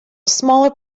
smaller